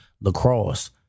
lacrosse